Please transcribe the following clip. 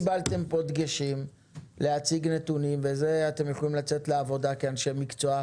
קיבלתם פה דגשים לנתונים שצריך להציג.